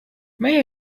may